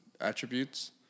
attributes